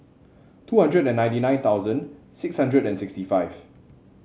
two hundred ninety nine thousand six hundred and sixty five